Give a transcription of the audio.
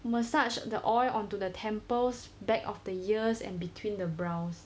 massage the oil onto the temples back of the ears and between the brows